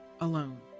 alone